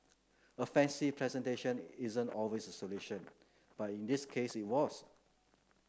a fancy presentation isn't always a solution but in this case it was